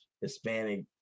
Hispanic